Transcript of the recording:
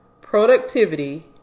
productivity